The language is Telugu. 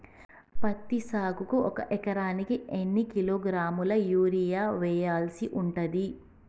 పత్తి సాగుకు ఒక ఎకరానికి ఎన్ని కిలోగ్రాముల యూరియా వెయ్యాల్సి ఉంటది?